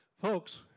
Folks